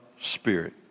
Spirit